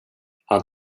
han